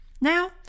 Now